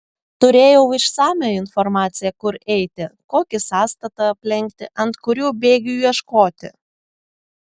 turėjau išsamią informaciją kur eiti kokį sąstatą aplenkti ant kurių bėgių ieškoti